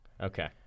Okay